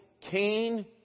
Cain